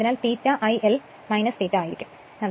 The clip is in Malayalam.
അതിനാൽ ∅ I L ∅ ആയിരിക്കും അതിനാൽ 41 1